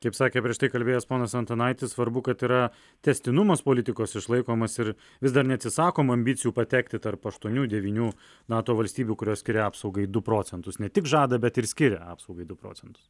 kaip sakė prieš tai kalbėjęs ponas antanaitis svarbu kad yra tęstinumas politikos išlaikomas ir vis dar neatsisakoma ambicijų patekti tarp aštuonių devynių nato valstybių kurios skiria apsaugai du procentus ne tik žada bet ir skiria apsaugai du procentus